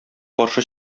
каршы